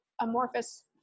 amorphous